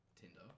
Tinder